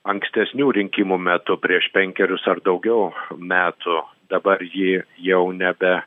ankstesnių rinkimų metu prieš penkerius ar daugiau metų dabar ji jau nebe